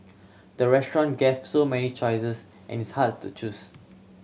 the restaurant gave so many choices and it's hard to choose